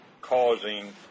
causing